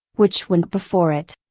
which went before it.